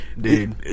Dude